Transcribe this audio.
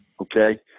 Okay